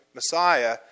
Messiah